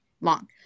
long